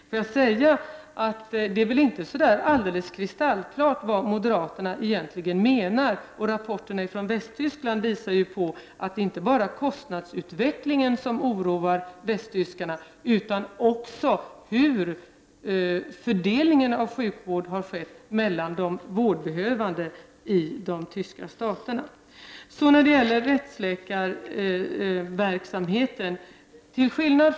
Låt mig också säga att det väl inte är så där alldeles kristallklart vad moderaterna egentligen menar. Rapporterna från Västtyskland visar på att det inte bara är kostnadsutvecklingen som oroar västtyskarna utan också hur fördelningen av sjukvård har skett mellan de vårdbehövande i de tyska staterna. Så vill jag säga något om rättsläkarverksamheten.